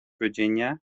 virginia